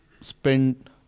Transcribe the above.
spend